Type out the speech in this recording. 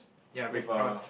ya red cross